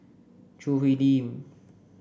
Choo Hwee Lim